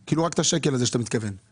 רק את השקל הזה, את ה-600,000.